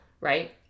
right